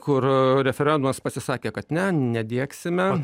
kur referendumas pasisakė kad ne nediegsime